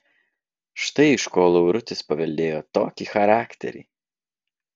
štai iš ko laurutis paveldėjo tokį charakterį